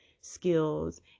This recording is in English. skills